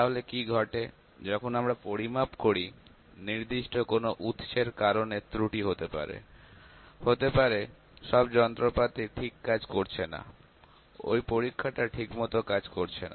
তাহলে কি ঘটে যখন আমরা পরিমাপ করি নির্দিষ্ট কোন উৎসের কারণে ত্রুটি হতে পারে হতে পারে সব যন্ত্রপাতি ঠিক করে কাজ করছে না ওই পরীক্ষাটা ঠিক মত কাজ করছে না